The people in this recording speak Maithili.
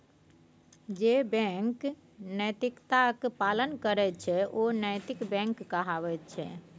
जे बैंक नैतिकताक पालन करैत छै ओ नैतिक बैंक कहाबैत छै